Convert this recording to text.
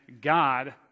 God